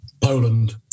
Poland